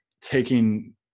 taking